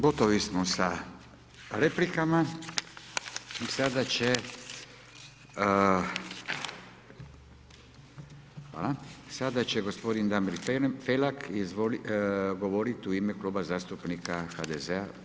Gotovi smo sa replikama i sada će gospodin Damir Felak govoriti u ime Kluba zastupnika HDZ-a.